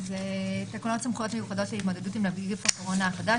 "תקנות סמכויות מיוחדות להתמודדות עם נגיף הקורונה החדש